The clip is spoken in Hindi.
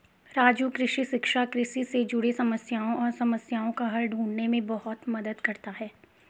राजू कृषि शिक्षा कृषि से जुड़े समस्याएं और समस्याओं का हल ढूंढने में बहुत मदद करता है